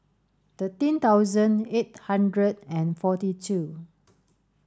thirteen thousand eight hundred and forty two